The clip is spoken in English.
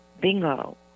bingo